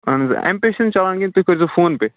اَہَن حظ ایم پےٚ چھُنہٕ چَلان کِہیٖنۍ تُہۍ کٔرۍزیٚو فون پےٚ